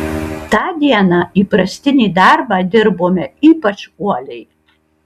tą dieną įprastinį darbą dirbome ypač uoliai